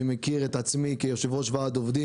מכיר את עצמי כיושב-ראש ועדת עובדים,